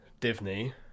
Divney